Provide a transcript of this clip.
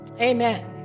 Amen